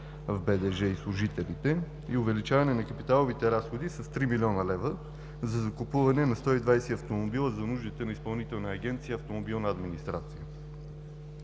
БДЖ и служителите, и увеличаване на капиталовите разходи с 3 млн. лв., за закупуване на 120 автомобила за нуждите на изпълнителна Агенция „Автомобилна администрация“.